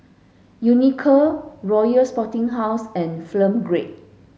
Unicurd Royal Sporting House and Grade